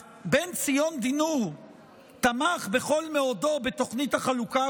אז בן-ציון דינור תמך בכל מאודו בתוכנית החלוקה,